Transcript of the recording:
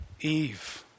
Eve